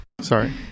sorry